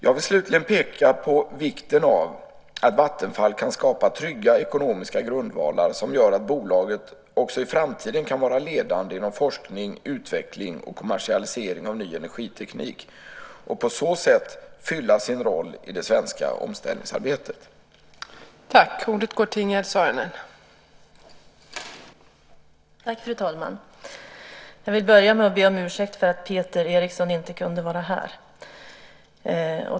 Jag vill slutligen peka på vikten av att Vattenfall kan skapa trygga ekonomiska grundvalar som gör att bolaget också i framtiden kan vara ledande inom forskning, utveckling och kommersialisering av ny energiteknik och på så sätt fylla sin roll i det svenska omställningsarbetet.